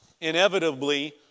inevitably